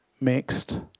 mixed